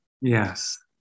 Yes